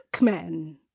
men